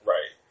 Right